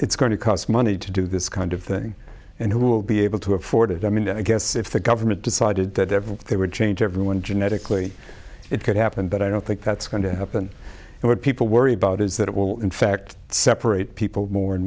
it's going to cost money to do this kind of thing and who will be able to afford it i mean i guess if the government decided that they would change everyone genetically it could happen but i don't think that's going to happen and what people worry about is that it will in fact separate people more and